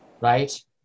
Right